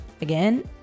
Again